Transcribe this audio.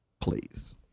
Please